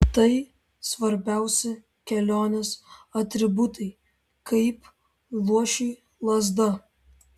tai svarbiausi kelionės atributai kaip luošiui lazda